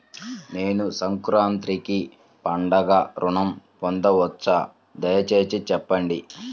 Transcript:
నేను సంక్రాంతికి పండుగ ఋణం పొందవచ్చా? దయచేసి చెప్పండి?